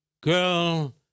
girl